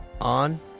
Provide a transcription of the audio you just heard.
on